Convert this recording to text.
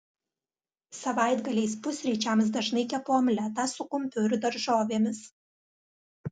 savaitgaliais pusryčiams dažnai kepu omletą su kumpiu ir daržovėmis